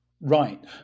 Right